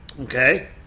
Okay